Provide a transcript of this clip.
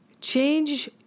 Change